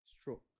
stroke